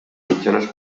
mitjanes